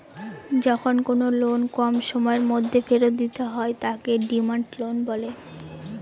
যখন কোনো লোন কম সময়ের মধ্যে ফেরত দিতে হয় তাকে ডিমান্ড লোন বলে